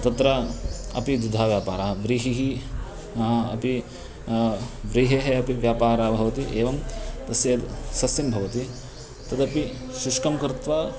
तत्र अपि द्विधा व्यापारः व्रीहिः अपि व्रिहेः अपि व्यापारः भवति एवं तस्य सस्यं भवति तदपि शुष्कं कृत्वा